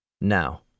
Now